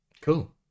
cool